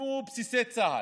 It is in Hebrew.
הוקמו בסיסי צה"ל,